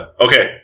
Okay